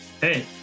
Hey